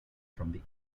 from